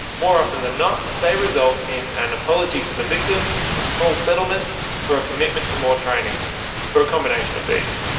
more often than not, they result in an apology to the victim, a small settlement or a commitment to more training or a combination of these.